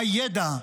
הידע,